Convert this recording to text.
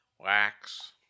Wax